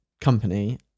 company